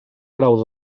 grau